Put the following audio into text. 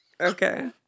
Okay